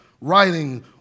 writing